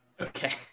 Okay